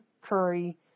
Curry